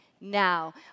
now